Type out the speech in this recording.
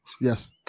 Yes